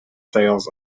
sales